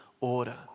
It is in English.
order